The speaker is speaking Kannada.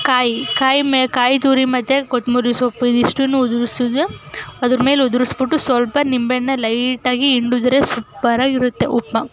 ಕಾಯಿ ಕಾಯಿ ಮೇಲೆ ಕಾಯಿ ತುರಿ ಮತ್ತು ಕೊತ್ತಂಬ್ರಿ ಸೊಪ್ಪು ಇದಿಷ್ಟನ್ನೂ ಉದುರ್ಸೋದು ಅದರ ಮೇಲೆ ಉದುರಿಸ್ಬಿಟ್ಟು ಸ್ವಲ್ಪ ನಿಂಬೆ ಹಣ್ಣನ್ನ ಲೈಟಾಗಿ ಹಿಂಡಿದ್ರೆ ಸೂಪರಾಗಿರುತ್ತೆ ಉಪ್ಮ